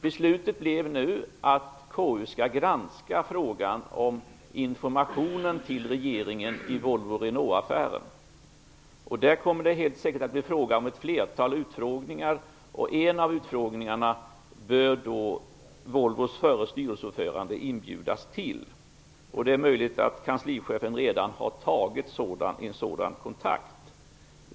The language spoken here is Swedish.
Beslutet blev att KU skall granska frågan om informationen till regeringen i Volvo--Renaultaffären, och därvid kommer det helt säkert att bli fråga om ett flertal utfrågningar, och till en av utfrågningarna bör Volvos förre styrelseordförande inbjudas. Det är möjligt att kanslichefen redan har tagit en sådan kontakt.